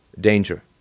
danger